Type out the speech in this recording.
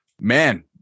Man